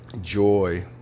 joy